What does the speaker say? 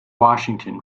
washington